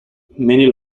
many